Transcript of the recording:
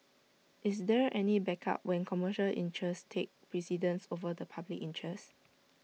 is there any backup when commercial interests take precedence over the public interest